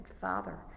Father